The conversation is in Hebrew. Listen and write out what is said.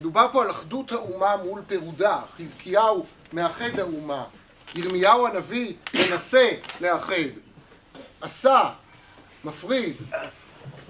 דובר פה על אחדות האומה מול פירודה, חזקיהו מאחד האומה, ירמיהו הנביא מנסה לאחד, עשה, מפריד